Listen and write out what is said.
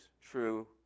true